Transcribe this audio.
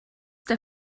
der